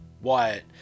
Wyatt